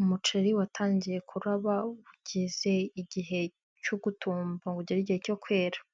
umuceri watangiye kuraba ugeze igihe cyo gutumba ngo ugere igihe cyo kwera.